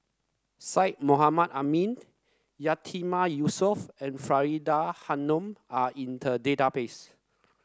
Syed Mohamed Ahmed Yatiman Yusof and Faridah Hanum are in the database